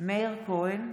מאיר כהן,